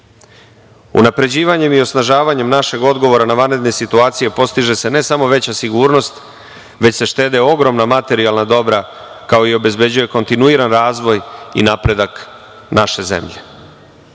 sredinu. Unapređivanjem i osnaživanjem našeg odgovora na vanredne situacije postiže se ne samo veća sigurnost, već se štede ogromna materijalna dobra kao i obezbeđuje kontinuiran razvoj i napredak naše zemlje. Bili